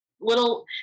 little